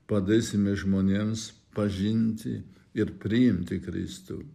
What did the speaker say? padėsime žmonėms pažinti ir priimti kristų